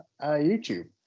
youtube